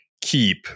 keep